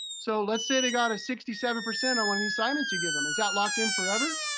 so let's say they got a sixty seven percent on one of the assignments you give em, is that locked in forever?